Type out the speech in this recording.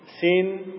sin